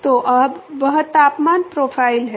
तो अब वह तापमान प्रोफ़ाइल है